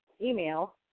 email